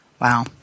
Wow